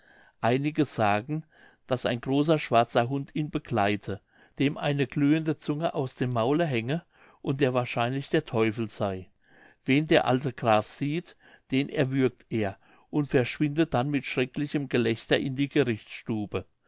einige sagen daß ein großer schwarzer hund ihn begleite dem eine glühende zunge aus dem maule hänge und der wahrscheinlich der teufel sey wen der alte graf sieht den erwürgt er und verschwindet dann mit schrecklichem gelächter in die gerichtsstube